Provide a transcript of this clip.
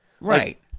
right